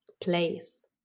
place